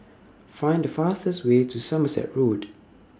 Find The fastest Way to Somerset Road